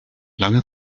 lange